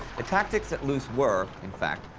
the tactics at loos were, in fact,